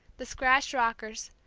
the scratched rockers,